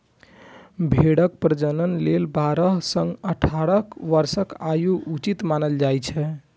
भेड़क प्रजनन लेल बारह सं अठारह वर्षक आयु उचित मानल जाइ छै